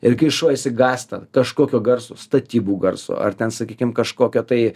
ir kai šuo išsigąsta kažkokio garso statybų garso ar ten sakykim kažkokio tai